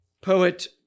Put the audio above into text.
Poet